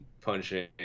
punching